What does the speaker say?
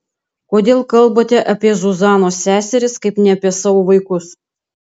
kodėl kalbate apie zuzanos seseris kaip ne apie savo vaikus